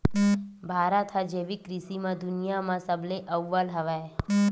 भारत हा जैविक कृषि मा दुनिया मा सबले अव्वल हवे